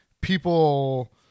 people